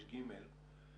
מתוך דוח 66ג,